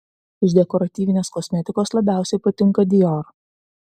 iš dekoratyvinės kosmetikos labiausiai patinka dior